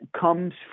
comes